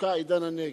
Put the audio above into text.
התעסוקה עידן-הנגב.